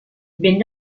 vent